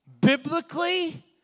Biblically